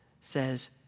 says